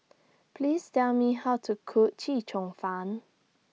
Please Tell Me How to Cook Chee Cheong Fun